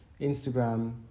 Instagram